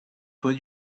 put